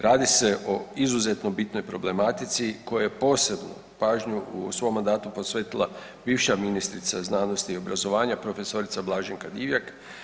Radi se o izuzetno bitnoj problematici kojoj je posebnu pažnju u svom mandatu posvetila bivša ministrica znanosti i obrazovanja prof. Blaženka Divjak.